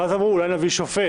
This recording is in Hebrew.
אז אמרו: אולי נביא שופט?